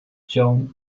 joan